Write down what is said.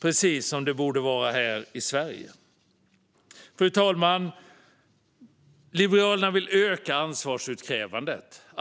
Precis så borde det även vara här i Sverige. Fru talman! Liberalerna vill öka ansvarsutkrävandet.